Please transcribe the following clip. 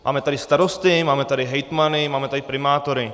Máme tady starosty, máme tady hejtmany, máme tady primátory.